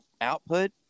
output